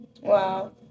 Wow